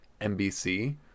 NBC